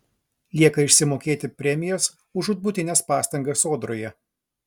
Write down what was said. lieka išsimokėti premijas už žūtbūtines pastangas sodroje